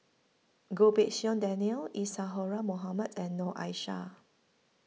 Goh Pei Siong Daniel Isadhora Mohamed and Noor Aishah